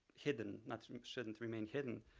hidden, not, shouldn't remain hidden.